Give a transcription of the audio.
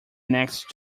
next